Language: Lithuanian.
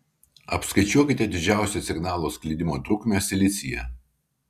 apskaičiuokite didžiausią signalo sklidimo trukmę silicyje